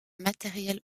matériel